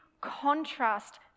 contrast